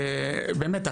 ובאמת,